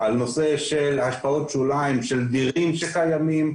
התכניות האלה לא על עיבוי של שטח שהוא כבר מפותח וותיק בבנייה